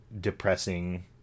depressing